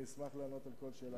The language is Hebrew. אני אשמח לענות על כל שאלה.